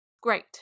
great